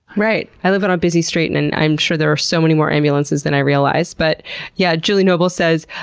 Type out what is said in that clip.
right! i live on a busy street and and i'm sure there are so many more ambulances than i realized. but yeah julie noble says,